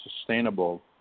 sustainable